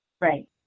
Right